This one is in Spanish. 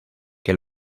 que